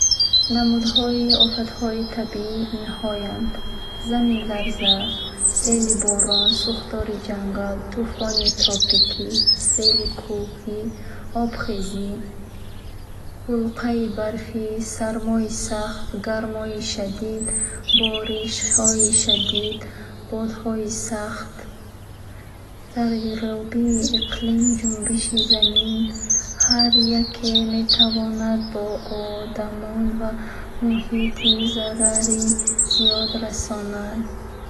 Намудҳои офатҳои табиӣ инҳоянд: заминларза, сели борон, сӯхтори ҷангал, тӯфони тропикӣ, сели кӯҳӣ, обхезӣ, булқаи барфӣ, амвоҷи баланд, сармои сахт, гармои шадид, боришоти шадид, бодҳои сахт, тағйирёбии иқлим, ҷунбиши зaмин. Ҳар яке метавонад ба одамон ва муҳит зарари зиёд расонад.